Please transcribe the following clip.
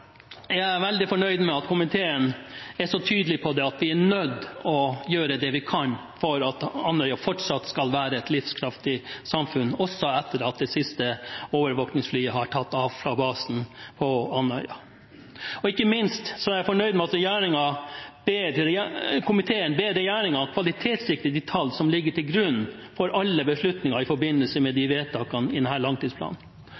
er jeg veldig fornøyd med at komiteen er så tydelig på at vi er nødt til å gjøre det vi kan for at Andøya skal være et livskraftig samfunn også etter at det siste overvåkingsflyet har tatt av fra basen på Andøya. Ikke minst er jeg fornøyd med at komiteen ber regjeringen kvalitetssikre de tallene som ligger til grunn for alle beslutninger i forbindelse med